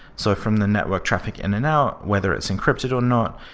so from the network traffic in and out, whether it's encrypted or not,